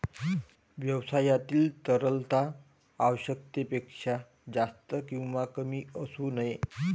व्यवसायातील तरलता आवश्यकतेपेक्षा जास्त किंवा कमी असू नये